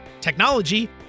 technology